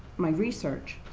my research,